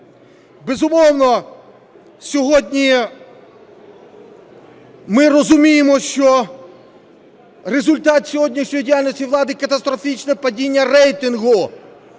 Безумовно, сьогодні ми розуміємо, що результат сьогоднішньої діяльності влади – катастрофічне падіння рейтингу.